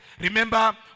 Remember